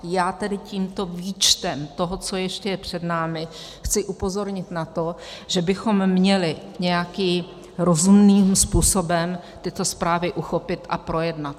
Já tedy tímto výčtem toho, co ještě je před námi, chci upozornit na to, že bychom měli nějakým rozumným způsobem tyto zprávy uchopit a projednat.